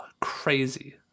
crazy